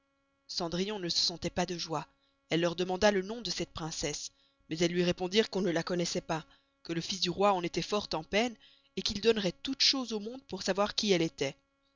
cendrillon ne se sentoit pas de joye elle leur demanda le nom de cette princesse mais elles luy répondirent qu'on ne la connoissoit pas que le fils du roi en estoit fort en peine et qu'il donneroit toutes choses au monde pour sçavoir qui elle estoit